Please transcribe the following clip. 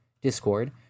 Discord